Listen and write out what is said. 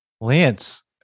Lance